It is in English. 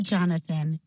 Jonathan